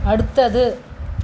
அடுத்தது